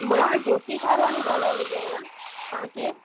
मां ज्योति थारवानी ॻाल्हाइ रही आहियां तव्हां केरु